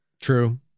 True